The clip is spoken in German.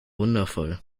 wundervoll